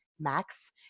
Max